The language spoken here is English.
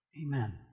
Amen